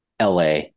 LA